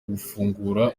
gufungura